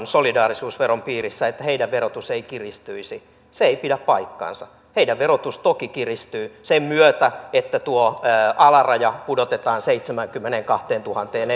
solidaarisuusveron piirissä verotuksensa ei kiristyisi se ei pidä paikkaansa heidän verotuksensa toki kiristyy sen myötä että tuo alaraja pudotetaan seitsemäänkymmeneenkahteentuhanteen